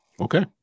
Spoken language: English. Okay